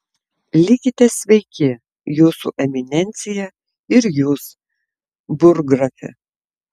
likite sveiki jūsų eminencija ir jūs burggrafe